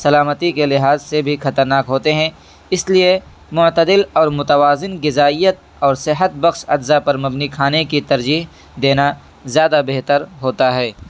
سلامتی کے لحاظ سے بھی خطرناک ہوتے ہیں اس لیے معتدل اور متوازن غذائیت اور صحت بخش اجزاء پر مبنی کھانے کی ترجیح دینا زیادہ بہتر ہوتا ہے